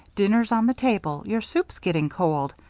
dinner's on the table. your soup's getting cold.